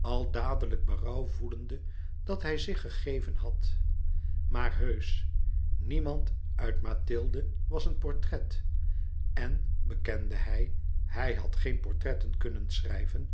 al dadelijk berouw voelende dat hij zich gegeven had maar heusch niemand uit mathilde was een portret en bekende hij hij had geen portretten kunnen schrijven